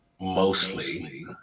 mostly